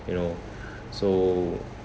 you know so